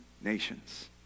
nations